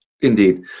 Indeed